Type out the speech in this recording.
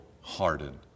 hardened